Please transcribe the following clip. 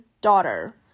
daughter